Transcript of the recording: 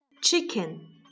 Chicken